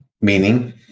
meaning